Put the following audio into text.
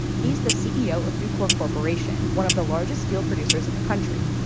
he's the ceo of nucor corporation, one of the largest steel producers in the country.